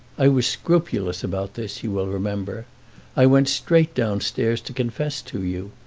i was scrupulous about this, you will remember i went straight downstairs to confess to you.